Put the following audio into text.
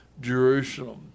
Jerusalem